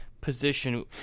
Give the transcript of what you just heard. position